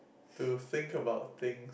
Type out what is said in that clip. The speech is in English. to think about thing